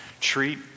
Treat